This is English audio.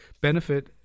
benefit